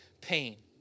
pain